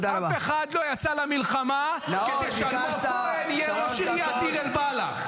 אף אחד לא יצא למלחמה כדי שאלמוג כהן יהיה ראש עיריית דיר אל-בלח.